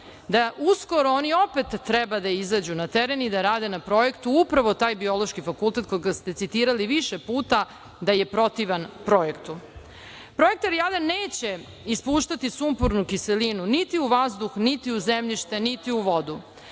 da uskoro oni opet treba da izađu na teren i da rade na projektu, upravo taj Biološki fakultet, koga ste citirali više puta da je protivan projektu. Projekat „Jadar“ neće ispuštati sumpornu kiselinu niti u vazduh, niti u zemljište, niti u vodu.